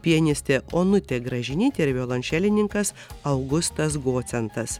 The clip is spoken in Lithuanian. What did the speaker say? pianistė onutė gražinytė ir violončelininkas augustas gocentas